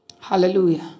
Hallelujah